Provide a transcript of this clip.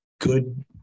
good